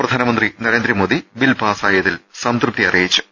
പ്രധാനമന്ത്രി നരേന്ദ്രമോദി ബിൽ പാസ്സായതിൽ സംതൃപ്തി അറിയിച്ചു